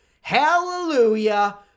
hallelujah